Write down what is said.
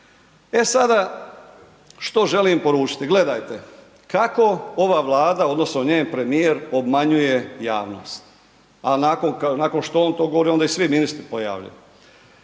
E sada, što želim poručiti? Gledajte, kako ova Vlada odnosno njen premijer obmanjuje javnost, a nakon što on to govori, onda i svi ministri ponavljaju.